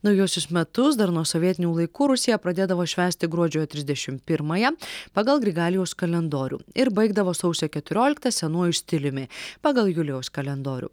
naujuosius metus dar nuo sovietinių laikų rusija pradėdavo švęsti gruodžio trisdešim pirmąją pagal grigaliaus kalendorių ir baigdavo sausio keturioliktą senuoju stiliumi pagal julijaus kalendorių